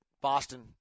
Boston